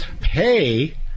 pay